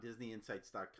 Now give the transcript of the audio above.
DisneyInsights.com